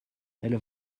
elle